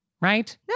right